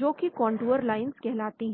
जो कि contour contour lines कहलाती हैं